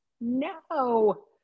no